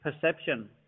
perception